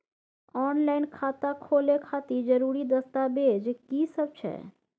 Online खाता खोले खातिर जरुरी दस्तावेज की सब छै?